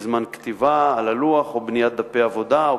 בזמן כתיבה על הלוח או בניית דפי עבודה,